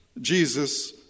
Jesus